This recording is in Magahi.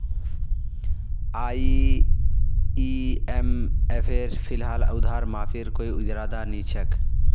आईएमएफेर फिलहाल उधार माफीर कोई इरादा नी छोक